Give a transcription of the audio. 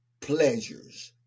pleasures